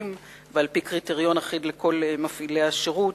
ועל-פי קריטריון אחיד לכל מפעילי השירות.